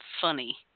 funny